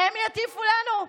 הם יטיפו לנו?